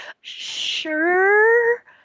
sure